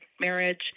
marriage